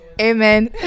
Amen